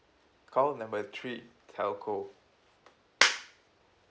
call number three telco